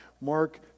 Mark